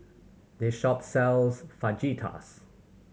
this shop sells Fajitas